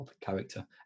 character